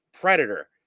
predator